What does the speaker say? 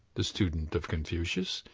the student of confucius,